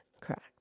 Correct